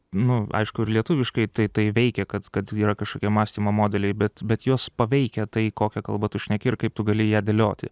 nu aišku ir lietuviškai tai tai veikia kad kad yra kažkokie mąstymo modeliai bet bet jos paveikia tai kokia kalba tu šneki ir kaip tu gali ją dėlioti